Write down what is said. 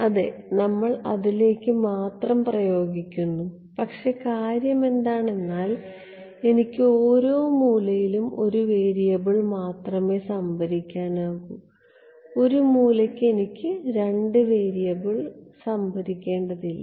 അതെ നമ്മൾ അതിലേക്ക് മാത്രം പ്രയോഗിക്കുന്നു പക്ഷേ കാര്യമെന്താണ് എന്നാൽ എനിക്ക് ഓരോ മൂലയിലും ഒരു വേരിയബിൾ മാത്രമേ സംഭരിക്കാനാകൂ ഒരു മൂലക്ക് എനിക്ക് രണ്ട് വേരിയബിളുകൾ സംഭരിക്കേണ്ടതില്ല